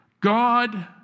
God